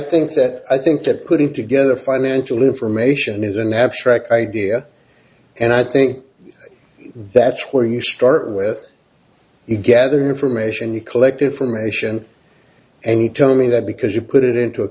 think that i think that putting together financial information is an abstract idea and i think that's where you start with you gather information you collected from ation and tell me that because you put it into a